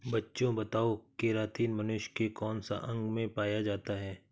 बच्चों बताओ केरातिन मनुष्य के कौन से अंग में पाया जाता है?